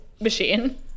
machine